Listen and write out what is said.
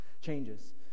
changes